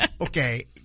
Okay